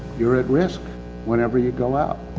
you're at risk whenever you go out.